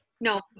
no